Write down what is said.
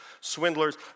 swindlers